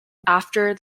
after